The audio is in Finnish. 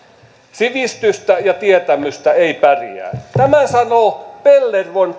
sivistystä ja tietämystä ei pärjää tämän sanoo pellervon